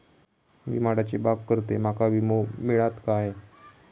मी माडाची बाग करतंय माका विमो मिळात काय?